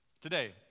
today